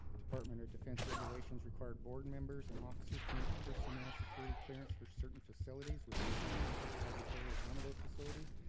department of defense regulations required board and members and officers to meet personnel's security clearance for certain facilities, which the applied research laboratory is one of those facilities.